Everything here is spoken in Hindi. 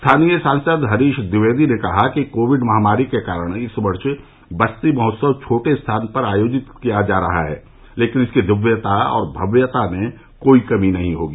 स्थानीय सांसद हरीश द्विवेदी ने कहा कि कोविड महामारी के कारण इस वर्ष बस्ती महोत्सव छोटे स्थान पर आयोजित किया जा रहा है लेकिन इसकी दिव्यता और भव्यता में कोई कमी नहीं होगी